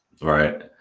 Right